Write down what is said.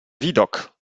widok